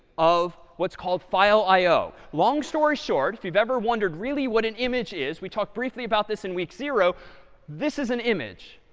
of what's called file i o. long story short, if you've ever wondered really what an image is we talked briefly about this in week zero this is an image.